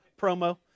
promo